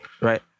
Right